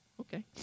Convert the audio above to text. okay